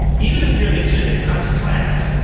even if you're the kid that cuts class,